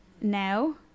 now